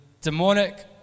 demonic